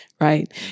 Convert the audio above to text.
right